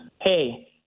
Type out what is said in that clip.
hey